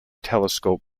telescope